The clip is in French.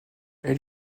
elle